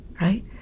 right